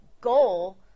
goal